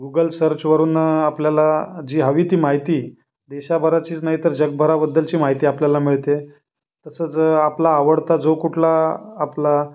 Google सर्चवरून आपल्याला जी हवी ती माहिती देशाभराचीच नाही तर जगभराबद्दलची माहिती आपल्याला मिळते तसंच आपला आवडता जो कुठला आपला